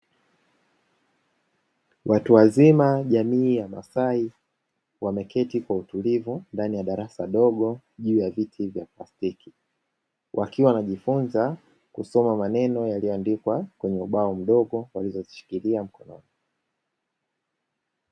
Watu wazima jamii ya masai wameketi kwa utulivu ndani ya darasa dogo juu ya viti vya plastiki, wakiwa wanajifunza kusoma maneno yaliyo andikwa kwenye ubao mdogo walioshikilia mkononi.